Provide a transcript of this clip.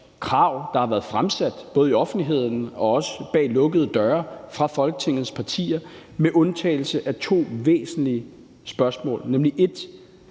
krav, der har været fremsat både i offentligheden og også bag lukkede døre af Folketingets partier med undtagelse af to væsentlige spørgsmål.